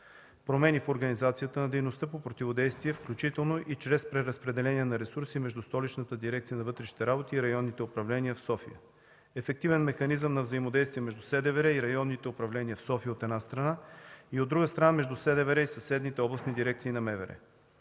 промени в организацията на дейността по противодействие, включително и чрез преразпределение на ресурси между Столичната дирекция на вътрешните работи и районните управления в София, ефективен механизъм на взаимодействие между СДВР и районните управления в София, от една страна, и от друга страна, между СДВР и съседните областни дирекции на МВР.